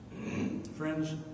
Friends